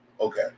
Okay